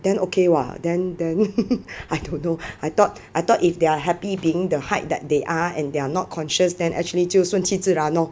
then okay [what] then then I don't know I thought I thought if they are happy being the height that they are and they're not conscious then actually 就顺其自然 orh